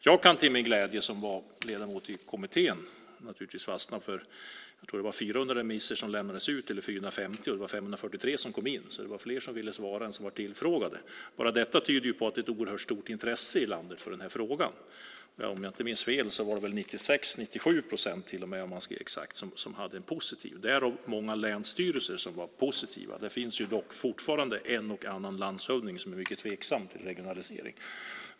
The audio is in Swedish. Jag kan till min glädje, som ledamot i kommittén, naturligtvis fastna för att det var, tror jag, 400 eller 450 remisser som lämnades ut, och det var 543 som kom in. Det var fler som ville svara än som var tillfrågade. Bara detta tyder på att det är ett oerhört stort intresse i landet för den här frågan. Om jag inte minns fel var det 96 eller till och med 97 procent, om man ska vara exakt, som var positiva. Det var många länsstyrelser som var positiva. Det finns dock fortfarande en och annan landshövding som är mycket tveksam till regionalisering.